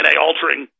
DNA-altering